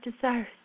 desires